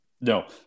No